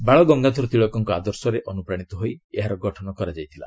ବାଲ ଗଙ୍ଗାଧର ତିଲକଙ୍କ ଆଦର୍ଶରେ ଅନୁପ୍ରାଣିତ ହୋଇ ଏହାର ଗଂନ କରାଯାଇଥିଲା